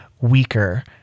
weaker